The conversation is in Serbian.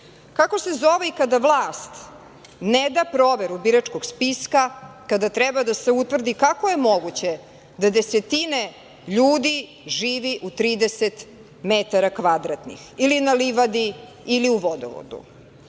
se zove i kada vlast ne da proveru biračkog spiska kada treba da se utvrdi kako je moguće da desetine ljudi živi u 30 metara kvadratnih ili na livadi ili u vodovodu? Kako